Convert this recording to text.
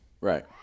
Right